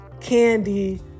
Candy